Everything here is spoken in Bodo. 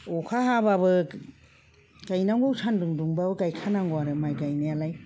अखा हाबाबो गायनांगौ सानदुं दुंबाबो गायखा नांगौ आरो माइ गायनायालाय